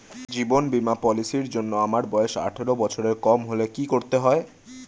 জীবন বীমা পলিসি র জন্যে আমার বয়স আঠারো বছরের কম হলে কি করতে হয়?